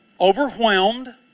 Overwhelmed